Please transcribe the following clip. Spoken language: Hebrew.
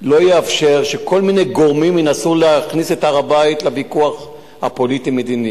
שכל מיני גורמים ינסו להכניס את הר-הבית לוויכוח הפוליטי-מדיני.